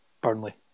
Burnley